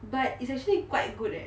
but it's actually quite good leh